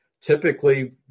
Typically